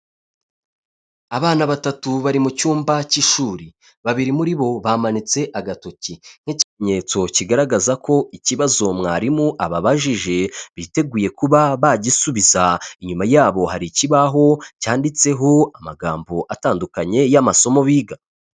Abana batatu bari mu cyumba cy'ishuri, babiri muri bo bamanitse agatoki nk'ikimenyetso kigaragaza ko ikibazo mwarimu ababajije biteguye kuba bagisubiza, inyuma yabo hari ikibaho cyanditseho amagambo atandukanye y'amasomo biga.